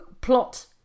plot